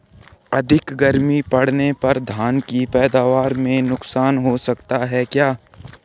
अधिक गर्मी पड़ने पर धान की पैदावार में नुकसान हो सकता है क्या?